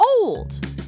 old